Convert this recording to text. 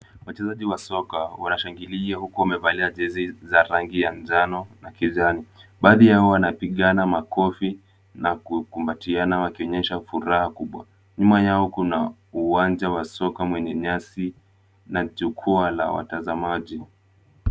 Wachezaji wa soka wanashangilia huku wamevalia jezi za rangi ya njano na kijani. Baadhi yao wanapigana makofi na kukumbatiana wakionyesha furaha kubwa. Nyuma yao kuna uwanja wa soka mwenye nyasi na jukwaa la watazamaji.